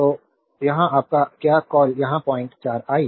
तो यहाँ आपका क्या कॉल यहाँ 04 आई